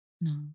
No